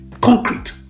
concrete